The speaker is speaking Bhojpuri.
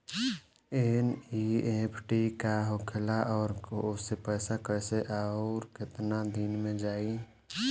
एन.ई.एफ.टी का होखेला और ओसे पैसा कैसे आउर केतना दिन मे जायी?